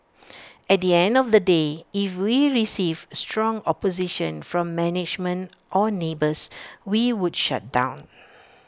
at the end of the day if we received strong opposition from management or neighbours we would shut down